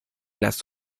las